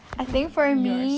I think for me